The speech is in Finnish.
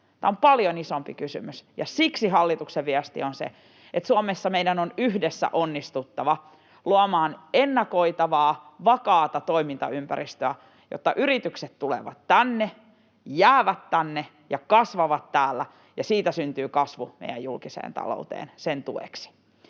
Tämä on paljon isompi kysymys, ja siksi hallituksen viesti on se, että Suomessa meidän on yhdessä onnistuttava luomaan ennakoitavaa, vakaata toimintaympäristöä, jotta yritykset tulevat tänne, jäävät tänne ja kasvavat täällä ja siitä syntyy kasvu meidän julkiseen talouteen sen tueksi.